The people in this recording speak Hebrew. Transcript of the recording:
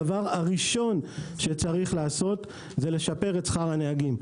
הדבר הראשון שצריך לעשות זה לשפר את שכר הנהגים.